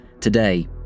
Today